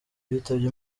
bitabye